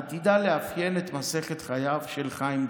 עתידה לאפיין את מסכת חייו של חיים דרוקמן.